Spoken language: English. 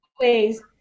ways